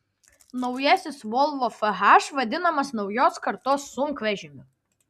naujasis volvo fh vadinamas naujos kartos sunkvežimiu